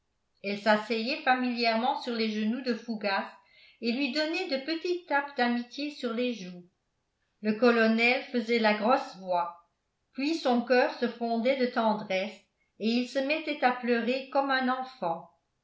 elle s'asseyait familièrement sur les genoux de fougas et lui donnait de petites tapes d'amitié sur les joues le colonel faisait la grosse voix puis son coeur se fondait de tendresse et il se mettait à pleurer comme un enfant